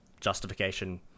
justification